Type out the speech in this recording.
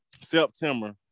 September